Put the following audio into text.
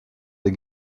des